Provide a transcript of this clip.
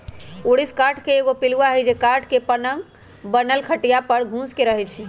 ऊरिस काठ के एगो पिलुआ हई जे काठ के बनल पलंग खटिया पर घुस के रहहै